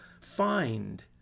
find